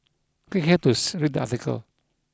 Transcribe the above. click here to read the article